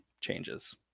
changes